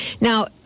Now